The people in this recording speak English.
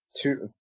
two